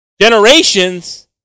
generations